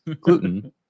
gluten